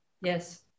Yes